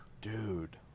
Dude